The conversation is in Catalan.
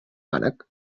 mànec